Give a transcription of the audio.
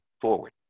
forward